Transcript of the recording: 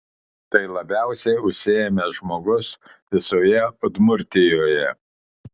tai labiausiai užsiėmęs žmogus visoje udmurtijoje